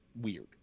weird